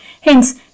Hence